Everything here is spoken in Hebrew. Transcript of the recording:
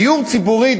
דיור ציבורי,